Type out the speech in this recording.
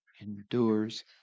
endures